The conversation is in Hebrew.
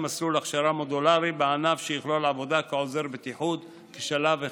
מסלול הכשרה מודולרי בענף שיכלול עבודה כעוזר בטיחות כשלב הכרחי.